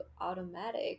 automatic